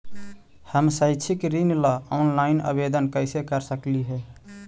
हम शैक्षिक ऋण ला ऑनलाइन आवेदन कैसे कर सकली हे?